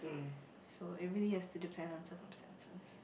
so it really has to depend on circumstances